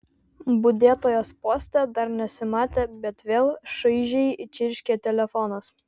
budėtojos poste dar nesimatė bet vėl šaižiai čirškė telefonas